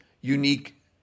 unique